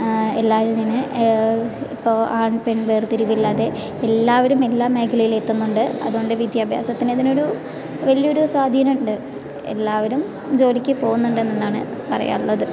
എല്ലാവരും ഇങ്ങനെ ഇപ്പോൾ ആൺ പെൺ വേർതിരിവില്ലാതെ എല്ലാവരും എല്ലാ മേഖലയിലും എത്തുന്നുണ്ട് അതുകൊണ്ട് വിദ്യാഭ്യാസത്തിന് ഇതിനൊരു വലിയൊരു സ്വാധീനം ഉണ്ട് എല്ലാവരും ജോലിക്ക് പോകുന്നുണ്ടെന്നാണ് പറയാനുള്ളത്